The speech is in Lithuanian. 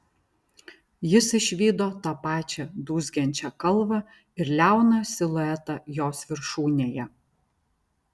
jis išvydo tą pačią dūzgiančią kalvą ir liauną siluetą jos viršūnėje